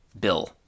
bill